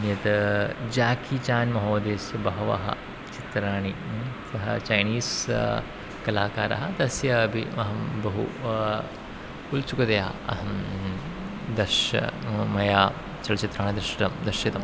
यत् Jackie Chan महोदयस्य बहूनि चित्राणि सः चैनीस् कलाकारः तस्य अपि अहं बहु वा उत्सुकतया अहं दश मया चलच्चित्राणि दृष्टानि दर्शितम्